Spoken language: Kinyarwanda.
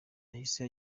yahise